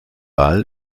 ball